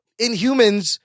Inhumans